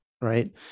Right